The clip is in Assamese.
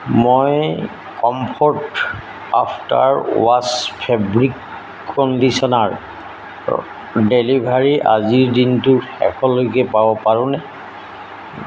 মই কম্ফৰ্ট আফ্টাৰ ৱাছ ফেব্ৰিক কণ্ডিচনাৰৰ ডেলিভাৰী আজিৰ দিনটোৰ শেষলৈকে পাব পাৰোঁনে